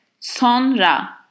Sonra